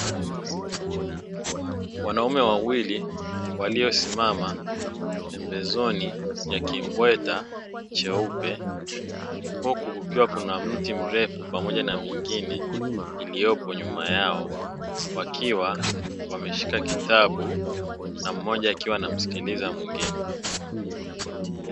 Wanaume wawili waliyosimama pembezoni ya kibweta cheupe huku kukiwa kuna mti mrefu pamoja na mingine iliyopo nyuma yao wakiwa wameshika kitabu na mmoja akiwa anamsikiliza mwingine.